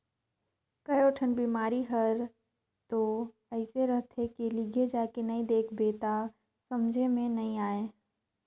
कयोठन बिमारी हर तो अइसे रहथे के लिघे जायके नई देख बे त समझे मे नई आये